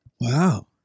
Wow